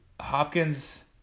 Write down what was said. Hopkins